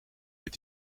met